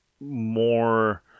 more